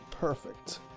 Perfect